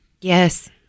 yes